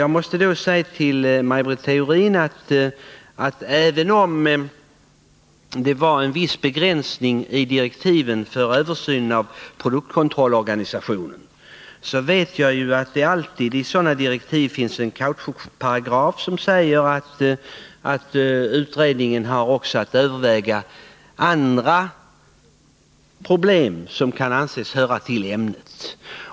Jag måste då säga till Maj Britt Theorin att även om det fanns en viss begränsning i direktiven för kommittén för översyn av produktkontrollens organisation, så vet jag ju att det alltid i sådana direktiv finns en kautschukparagraf innebärande att utredningen också har att överväga andra problem som kan anses höra till ämnet.